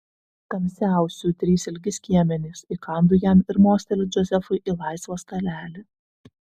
tamsiausių trys ilgi skiemenys įkandu jam ir mosteliu džozefui į laisvą stalelį